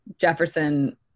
Jefferson